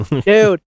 Dude